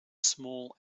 small